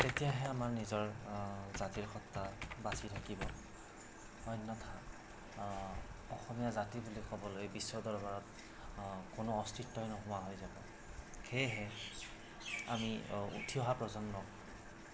তেতিয়াহে আমাৰ নিজৰ জাতীয় সত্বা বাচি থাকিব অন্যথা অসমীয়া জাতি বুলি ক'বলৈ বিশ্ব দৰবাৰত কোনো অস্তিত্বই নোহোৱা হৈ যাব সেয়েহে আমি উঠি অহা প্ৰজন্মক